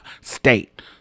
state